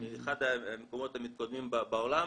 אחד המקומות המתקדמים בעולם.